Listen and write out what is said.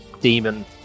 demon